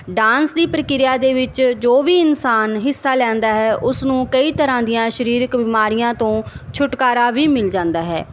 dance ਦੀ ਪ੍ਰਕਿਰਿਆ ਦੇ ਵਿੱਚ ਜੋ ਵੀ ਇਨਸਾਨ ਹਿੱਸਾ ਲੈਂਦਾ ਹੈ ਉਸ ਨੂੰ ਕਈ ਤਰ੍ਹਾਂ ਦੀਆਂ ਸਰੀਰਕ ਬਿਮਾਰੀਆਂ ਤੋਂ ਛੁਟਕਾਰਾ ਵੀ ਮਿਲ ਜਾਂਦਾ ਹੈ